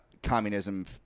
Communism